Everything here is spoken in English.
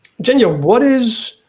janke, what is,